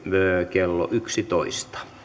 kello yksitoista